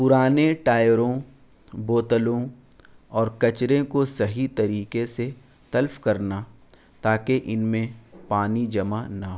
پرانے ٹائروں بوتلوں اور کچرے کو صحیح طریقے سے تلف کرنا تاکہ ان میں پانی جمع نہ ہو